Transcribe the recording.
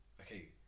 okay